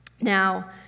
Now